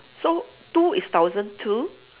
so two is thousand two